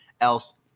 else